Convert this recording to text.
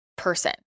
Person